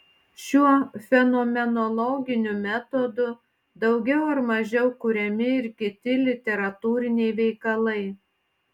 šiuo fenomenologiniu metodu daugiau ar mažiau kuriami ir kiti literatūriniai veikalai